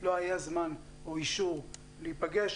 לא היה זמן או אישור להיפגש.